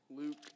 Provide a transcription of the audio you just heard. Luke